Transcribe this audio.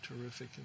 terrific